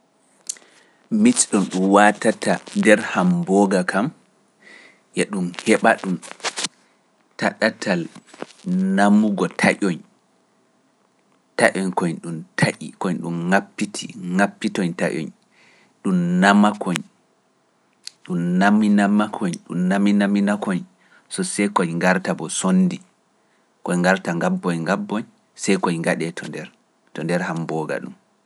Mit ɗum waatata nder Hambooga kam, e ɗum heɓa ɗum ta ɗatal namugo taƴoñ, taƴoñ koñ ɗum taƴi, koñ ɗum ŋappiti, ŋappitoñ taƴoñ, ɗum nama koñ, ɗum naminama koñ, ɗum naminamina koñ, so see koñ ngarta bo sonndi, koñ ngarta ŋabboñ ŋabboñ, see koñ ngaɗee to nder Hambooga ɗum.